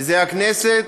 שזה הכנסת,